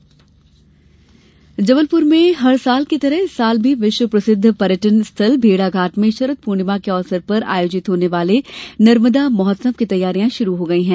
नर्मदा महोत्सव जबलपुर में हर वर्ष की तरह इस वर्ष भी विश्व प्रसिद्ध पर्यटन स्थल भेड़ाघाट में शरद पूर्णिमा के अवसर पर आयोजित होने वाले नर्मदा महोत्सव की तैयारियां शुरू हो गई है